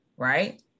Right